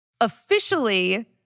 Officially